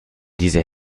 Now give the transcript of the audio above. diese